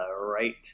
right